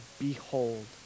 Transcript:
Behold